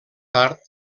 tard